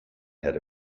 had